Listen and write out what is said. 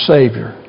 Savior